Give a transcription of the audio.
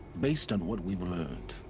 based on what we've learned.